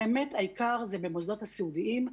באמת העיקר הוא במוסדות הסיעודיים,